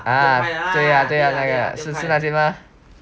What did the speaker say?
对 lah 对 lah 是那间吗